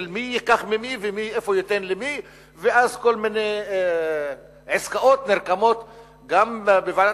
של מי ייקח ממי ואיפה הוא ייתן למי ואז כל מיני עסקאות נרקמות גם בוועדת